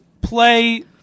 play